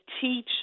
teach